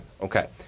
Okay